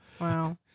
Wow